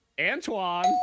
Antoine